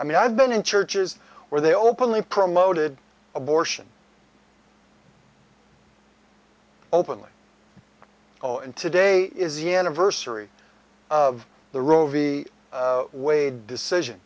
i mean i've been in churches where they openly promoted abortion openly oh and today is e anniversary of the roe v wade decision